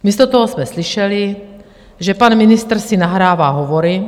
Místo toho jsme slyšeli, že pan ministr si nahrává hovory.